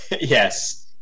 Yes